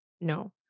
No